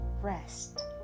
rest